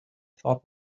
thought